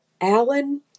Alan